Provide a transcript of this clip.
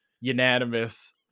unanimous